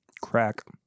Crack